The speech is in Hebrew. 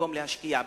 במקום להשקיע בחינוך.